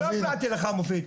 רגע, אני לא הפרעתי לך, מופיד.